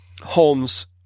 holmes